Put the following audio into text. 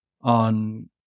on